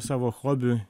savo hobiui